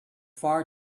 far